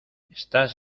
estás